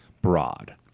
broad